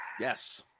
yes